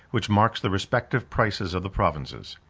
which marks the respective prices of the provinces.